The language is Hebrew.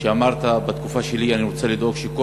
שאמרת: בתקופה שלי אני רוצה לדאוג שכל